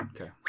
Okay